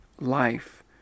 life